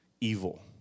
evil